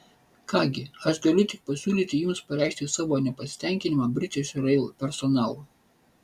ką gi aš galiu tik pasiūlyti jums pareikšti savo nepasitenkinimą british rail personalu